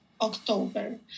October